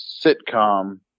sitcom